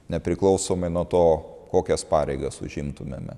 nepriklausomai nuo to kokias pareigas užimtumėme